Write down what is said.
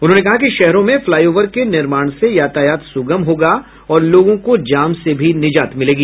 उन्होंने कहा कि शहरों में फ्लाईओवर के निर्माण से यातायात सुगम होगा और लोगों को जाम से भी निजात मिलेगी